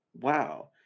Wow